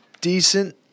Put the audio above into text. decent